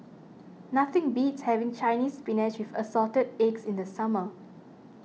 nothing beats having Chinese Spinach with Assorted Eggs in the summer